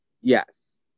Yes